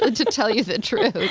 ah to tell you the truth.